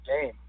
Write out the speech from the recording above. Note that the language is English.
game